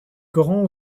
coran